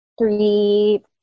three